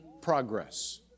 progress